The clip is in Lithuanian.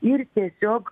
ir tiesiog